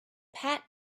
pat